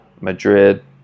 Madrid